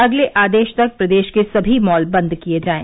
अगले आदेश तक प्रदेश के सभी मॉल बंद किए जायें